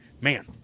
man